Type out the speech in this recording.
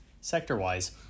Sector-wise